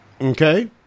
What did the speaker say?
Okay